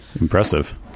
Impressive